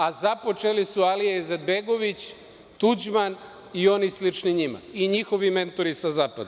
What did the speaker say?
A započeli su Alija Izetbegović, Tuđman i oni slični njima, kao i njihovi mentori sa zapada.